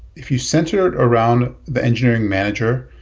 if you centered around the engineering manager,